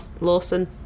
Lawson